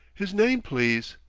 his name, please?